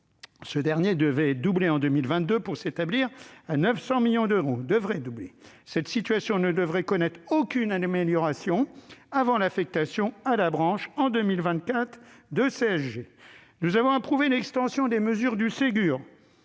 lequel devrait doubler en 2022 pour s'établir à 900 millions d'euros. Cette situation ne devrait connaître aucune amélioration avant l'affectation à la branche, en 2024, d'une fraction de la CSG. Nous avons approuvé l'extension des mesures du Ségur